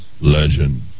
Legend